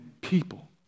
people